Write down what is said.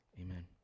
Amen